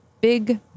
big